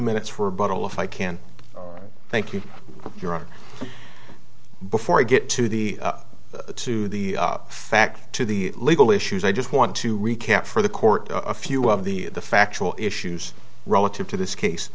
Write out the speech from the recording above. minutes for buttle if i can thank you for your before i get to the to the fact to the legal issues i just want to recap for the court a few of the factual issues relative to this case